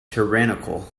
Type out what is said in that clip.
tyrannical